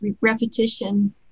repetition